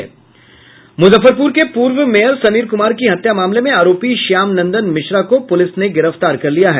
मुजफ्फरपुर के पूर्व मेयर समीर कुमार की हत्या मामले में आरोपी श्यामनदंन मिश्रा को पुलिस ने गिरफ्तार कर लिया है